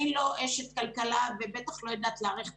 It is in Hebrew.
אני לא אשת כלכלה ובטח לא יודעת להעריך תקציבים.